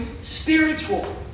spiritual